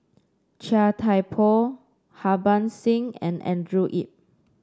Chia Thye Poh Harbans Singh and Andrew Yip